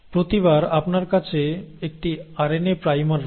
প্রতিবার আপনার কাছে একটি আরএনএ প্রাইমার রয়েছে